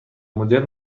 مدرن